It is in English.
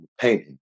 painting